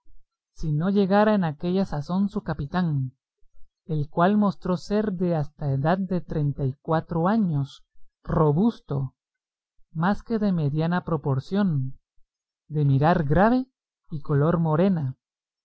si no llegara en aquella sazón su capitán el cual mostró ser de hasta edad de treinta y cuatro años robusto más que de mediana proporción de mirar grave y color morena